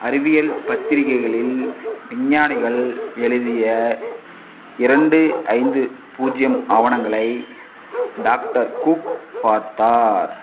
அறிவியல் பத்திரிக்கைகளில் விஞ்ஞானிகள் எழுதிய இரண்டு ஐந்து பூஜ்ஜியம் ஆவணங்களை டாக்டர் கூப் பார்த்தார்